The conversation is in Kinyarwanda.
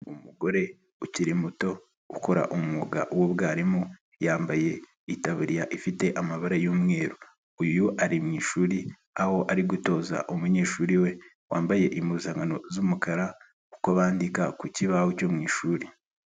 Umugore ukiri muto ukora umwuga w'ubwarimu yambaye itaburiya ifite amabara y'umweru, uyu ari mu ishuri aho ari gutoza umunyeshuri we wambaye impuzankano z'umukara uko bandika ku kibaho cyo mu ishuri.